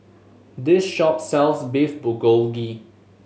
this shop sells Beef Bulgogi